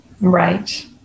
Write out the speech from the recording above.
Right